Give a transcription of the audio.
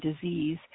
disease